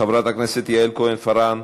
חברת הכנסת יעל כהן-פארן,